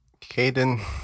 Caden